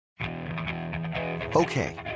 Okay